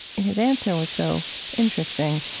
and his answer was so interesting,